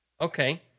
Okay